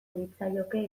litzaioke